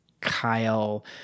Kyle